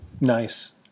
Nice